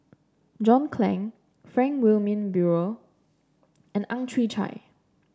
John Clang Frank Wilmin Brewer and Ang Chwee Chai